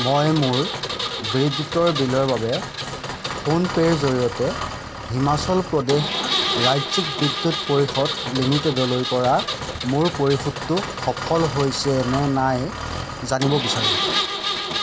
মই মোৰ বিদ্যুতৰ বিলৰ বাবে ফোনপে'ৰ জৰিয়তে হিমাচল প্ৰদেশ ৰাজ্যিক বিদ্যুৎ পৰিষদ লিমিটেডলৈ কৰা মোৰ পৰিশোধটো সফল হৈছে নে নাই জানিব বিচাৰোঁ